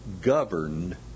governed